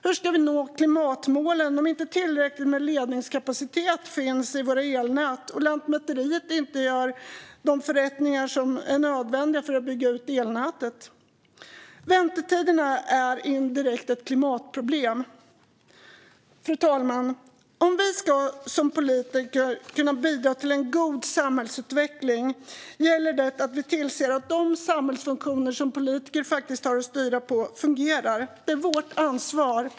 Hur ska vi nå klimatmålen om det inte finns tillräckligt med ledningskapacitet i våra elnät och Lantmäteriet inte gör de förrättningar som är nödvändiga för att bygga ut elnätet? Väntetiderna är indirekt ett klimatproblem. Fru talman! Om vi som politiker ska kunna bidra till en god samhällsutveckling gäller det att vi tillser att de samhällsfunktioner som politiker har att styra fungerar. Det är vårt ansvar.